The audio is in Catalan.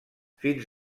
fins